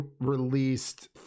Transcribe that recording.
released